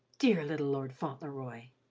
dear little lord fauntleroy!